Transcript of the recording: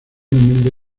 humilde